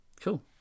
Cool